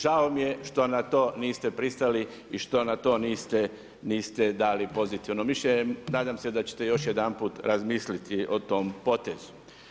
Žao mi je što na to niste pristali i što na to niste dali pozitivno mišljenje, nadam se da će te još jedanput razmisliti o tom potezu.